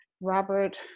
Robert